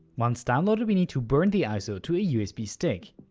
once downloaded we need to burn the iso to a usb stick.